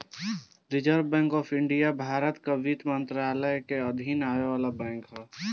reserve bank of India Bharat कअ वित्त मंत्रालय के अधीन आवे वाला बैंक हअ